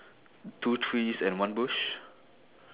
two trees and one bush